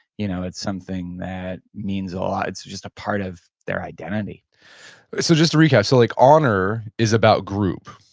you know it's something that means a lot. it's just a part of their identity so just a recap, so like honor is about group.